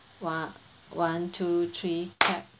one one two three clap